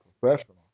professional